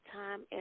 time